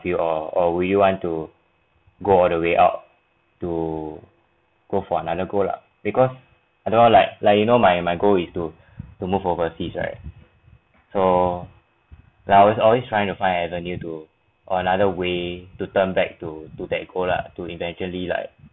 you or will you want to go all the way out to go for another goal lah because I don't know like like you know my my goal is to to move overseas right so now is always trying to find avenue to or another way to turn back to do that goal lah to eventually like